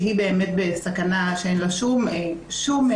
שהיא באמת בסכנה שאין לה שום יכולת